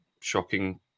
shocking